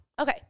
Okay